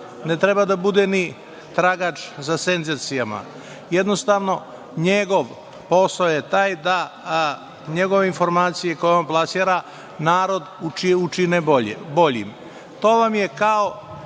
ne treba da bude ni tragač za senzacijama. Jednostavno, njegov posao je taj da njegove informacije, koje on plasira, narod učine boljim. To vam je slično